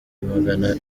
magana